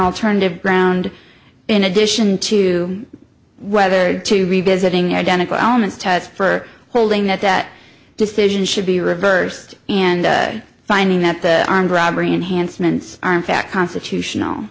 alternative ground in addition to whether to revisiting identical elements test for holding that that decision should be reversed and finding that the armed robbery and hansen's are in fact constitutional